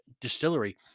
distillery